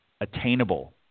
attainable